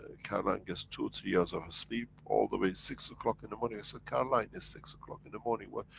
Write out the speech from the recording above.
ah caroline gets two or three hours of sleep all the way six o'clock in the morning, i said, caroline is six o'clock in the morning why.